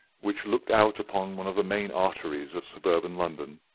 which looked out upon one of the main arteries of suburban london.